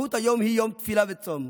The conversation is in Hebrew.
מהות היום היא תפילה וצום,